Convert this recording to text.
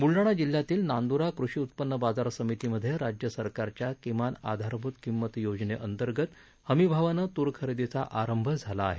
बुलडाणा जिल्ह्यातील नांदूरा कृषी उत्पन्न बाजार समितीमध्ये राज्य सरकारच्या किमान आधारभूत किंमत योजनेअंतर्गत हमीभावानं तूर खरेदीचा आरंभ झाला आहे